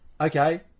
okay